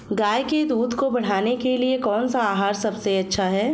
गाय के दूध को बढ़ाने के लिए कौनसा आहार सबसे अच्छा है?